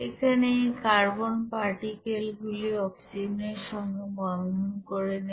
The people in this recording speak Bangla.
এখানে এই কার্বন পার্টিকেল গুলি অক্সিজেন এর সঙ্গে বন্ধন করে নেবে